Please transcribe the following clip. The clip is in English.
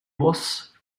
was